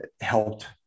helped